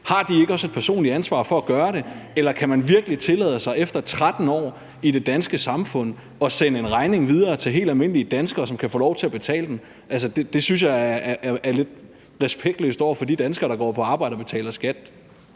dansk, ikke også et personligt ansvar for at gøre det? Eller kan man virkelig tillade sig efter 13 år i det danske samfund at sende en regning videre til helt almindelige danskere, som kan få lov til at betale den? Altså, det synes jeg er lidt respektløst over for danskere, der går på arbejde og betaler skat.